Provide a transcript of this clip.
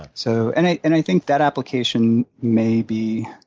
so and i and i think that application may be